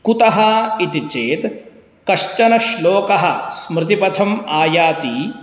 कुतः इति चेत् कश्चनः श्लोकः स्मृतिपथम् आयाति